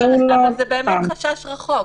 זה באמת חשש רחוק.